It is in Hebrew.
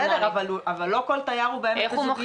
בסדר, אבל לא כל תייר הוא באמת בזוגיות.